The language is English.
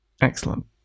Excellent